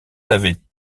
savez